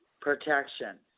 Protection